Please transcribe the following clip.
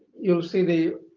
you'll see the